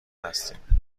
هستیم